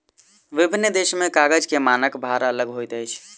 विभिन्न देश में कागज के मानक भार अलग होइत अछि